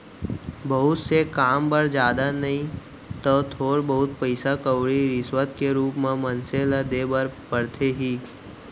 बहुत से काम बर जादा नइ तव थोर बहुत पइसा कउड़ी रिस्वत के रुप म मनसे ल देय बर परथे ही